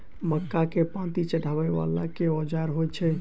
मक्का केँ पांति चढ़ाबा वला केँ औजार होइ छैय?